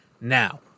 Now